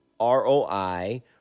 ROI